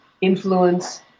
influence